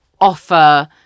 offer